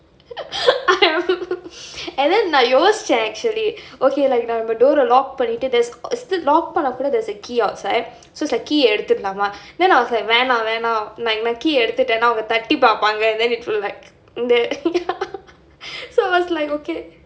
and then நான் யோசிச்சேன்:naan yosichaen actually okay like I நம்ம இப்ப:namma ippa dooe lock பண்ணிட்டு:pannittu there's still பண்ணுன அப்புறம்:pannuna appuram there's a key outside so it's like key எடுத்தரலாமா:edutharalaamaa then I was like வேணா வேணா:venaa venaa my key எடுத்துட்டேன்னா தட்டி பாப்பாங்க:eduthutaennaa thatti paapaanga then it will like so it was like okay